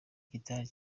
kitari